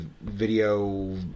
video